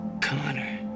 Connor